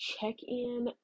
check-in